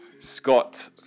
Scott